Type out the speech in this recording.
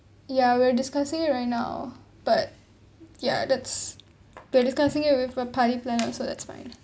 ya we're discussing it right now but ya that's we're discussing it with a party planner also so that's fine